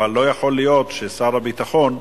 אבל לא יכול להיות ששר הביטחון,